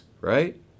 right